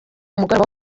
umugoroba